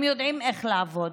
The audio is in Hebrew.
הם יודעים איך לעבוד.